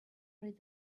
read